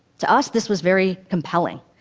to us, this was very compelling.